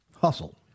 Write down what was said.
hustle